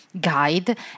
guide